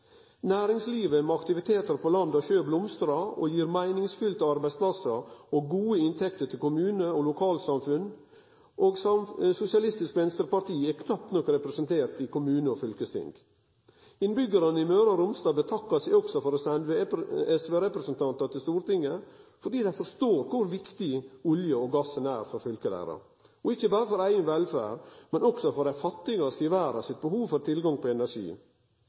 Næringslivet med aktivitetar på land og sjø blomstrar og gir meiningsfylte arbeidsplassar og gode inntekter til kommunar og lokalsamfunn, og SV er knapt nok representert i kommunar og fylkesting. Innbyggjarane i Møre og Romsdal betakkar seg også for å sende SV-representantar til Stortinget, fordi dei forstår kor viktig oljen og gassen er for fylket deira – og ikkje berre for eiga velferd, men også for dei fattigaste i verda sitt behov for tilgang på